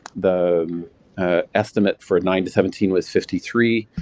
the estimate for nine to seventeen was fifty three,